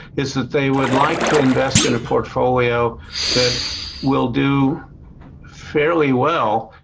is that they would like to invest in a portfolio that will do fairly well,